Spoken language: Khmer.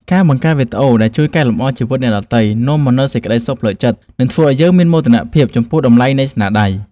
ការបង្កើតវីដេអូដែលជួយកែលម្អជីវិតអ្នកដទៃនាំមកនូវសេចក្ដីសុខផ្លូវចិត្ត និង ធ្វើឱ្យយើងមានមោទនភាពចំពោះតម្លៃនៃស្នាដៃ។